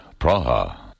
Praha